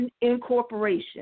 incorporation